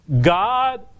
God